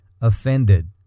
offended